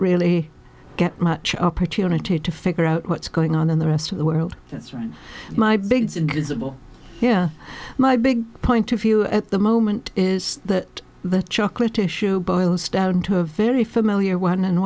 really get much opportunity to figure out what's going on in the rest of the world that's right my big example here my big point of view at the moment is that the chocolate issue boils down to a very familiar one and